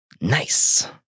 Nice